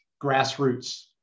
grassroots